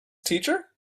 teacher